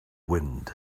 wind